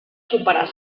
superar